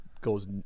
goes